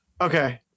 okay